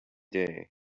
day